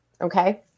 okay